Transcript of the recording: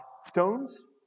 stones